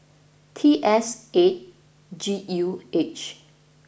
T S eight G U H